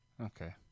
Okay